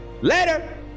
Later